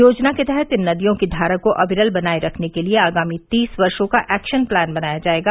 योजना के तहत इन नदियों की धारा को अविरल बनाये रखने के लिये आगामी तीस वर्षो का एक्शन प्लान बनाया जायेगा